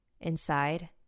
Inside